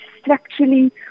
structurally